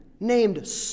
named